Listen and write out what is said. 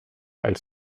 als